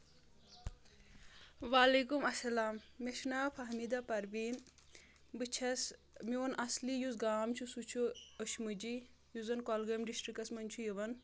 وعلیکُم اسلام مےٚ چھُ ناو فہمیٖدہ پرویٖن بہٕ چھس میون اصلی یُس گام چھُ سُہ چھُ أشمُجی یُس زَن کۄلگٲمۍ ڈسٹرکس منٛز چھُ یِوان